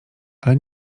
ale